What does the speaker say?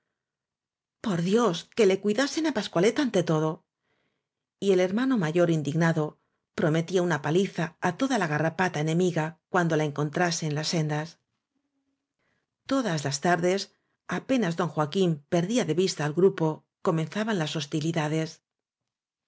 por dios que le cuidasen á pascualet ante todo y el hermano mayor indignado prometía una paliza á toda la garrapata ene miga cuando la encontrase en las sendas todas las tardes apenas don joaquín per día cle vista al grupo comenzaban las